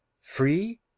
Free